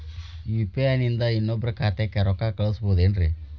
UPI ನಿಂದ ಇನ್ನೊಬ್ರ ಖಾತೆಗೆ ರೊಕ್ಕ ಕಳ್ಸಬಹುದೇನ್ರಿ?